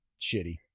Shitty